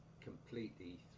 completely